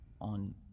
on